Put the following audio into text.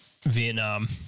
Vietnam